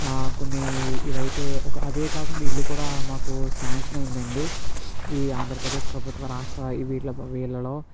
నాకు నీ ఇవైతే ఒక అదే కాకుండా ఇల్లు కూడా మాకు శాంక్షన్ అయిందండి ఈ ఆంధ్రప్రదేశ్ ప్రభుత్వం రాష్ట్ర వీళ్ల వీళ్లలో